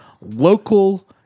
local